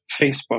Facebook